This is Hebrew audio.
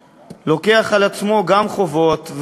לוקח על עצמו גם חובות,